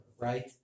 right